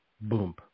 Boom